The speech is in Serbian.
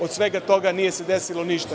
Od svega toga nije se desilo ništa.